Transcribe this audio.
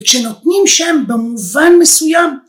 ‫כשנותנים שם במובן מסוים.